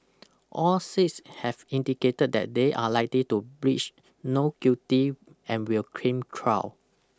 all six have indicated that they are likely to pleach not guilty and will cream trial